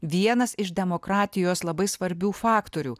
vienas iš demokratijos labai svarbių faktorių